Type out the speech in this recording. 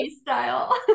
style